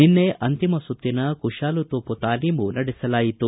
ನಿನ್ನೆ ಅಂತಿಮ ಸುತ್ತಿನ ಕುಶಾಲ ತೋಪು ತಾಲೀಮು ನಡೆಸಲಾಯಿತು